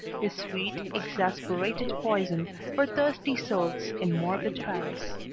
his sweet, exasperated poison, for thirsty souls in morbid paris.